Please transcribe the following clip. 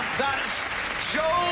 that joel